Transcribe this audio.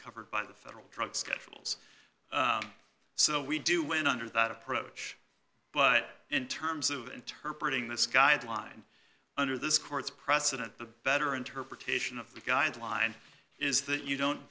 covered by the federal drug schedules so we do win under that approach but in terms of interpret in this guideline under this court's precedent the better interpretation of the guideline is that you don't